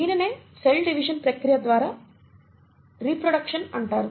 దీనినే cell division ప్రక్రియ ద్వారా రిప్రొడెక్షన్ అంటారు